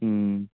उम्